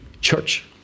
church